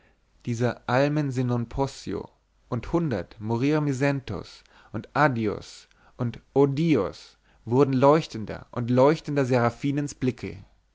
dieser almen se non poss'io und hundert morir mi sento's und addio's und oh dio's wurden leuchtender und leuchtender seraphinens blicke